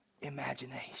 Imagination